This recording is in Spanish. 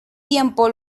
tiempo